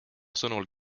sõnul